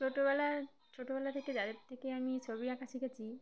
ছোটোবেলা ছোটোবেলা থেকে যাদের থেকে আমি ছবি আঁকা শিখেছি